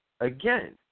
again